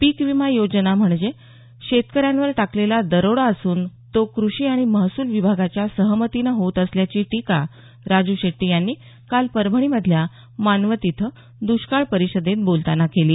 पीकविमा योजना म्हणजे शेतकऱ्यांवर टाकलेला दरोडा असून तो कृषी आणि महसूल विभागाच्या सहमतीनं होत असल्याची टीका राजू शेट्टी यांनी काल परभणी मधल्या मानवत इथं दष्काळ परिषदेत बोलताना केली